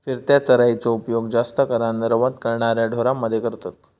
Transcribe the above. फिरत्या चराइचो उपयोग जास्त करान रवंथ करणाऱ्या ढोरांमध्ये करतत